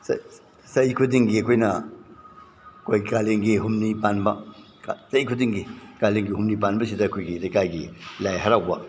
ꯆꯍꯤ ꯈꯨꯗꯤꯡꯒꯤ ꯑꯩꯈꯣꯏꯅ ꯑꯩꯈꯣꯏ ꯀꯥꯂꯦꯟꯒꯤ ꯍꯨꯝꯅꯤ ꯄꯥꯟꯕ ꯆꯍꯤ ꯈꯨꯗꯤꯡꯒꯤ ꯀꯥꯂꯦꯟꯒꯤ ꯍꯨꯝꯅꯤ ꯄꯥꯟꯕꯁꯤꯗ ꯑꯩꯈꯣꯏꯒꯤ ꯂꯩꯀꯥꯏꯒꯤ ꯂꯥꯏ ꯍꯔꯥꯎꯕ